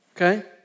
Okay